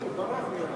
לא, הוא לא כאן.